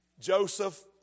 Joseph